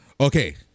Okay